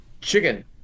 Chicken